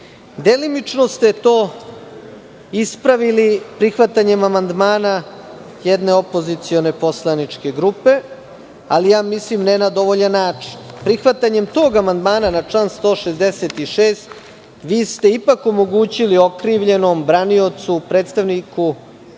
predmeta? Delimično ste to ispravili prihvatanjem amandmana jedne opozicione poslaničke grupe, ali ja mislim ne na dovoljan način. Prihvatanjem tog amandmana na član 166. vi ste ipak omogućili okrivljenom, braniocu, predstavniku